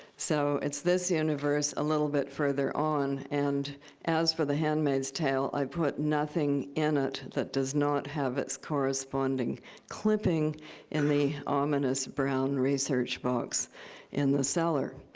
so it's this universe, a little bit further on. and as for the handmaid's tale, i put nothing in it that does not have its corresponding clipping in the ominous brown research box in the cellar.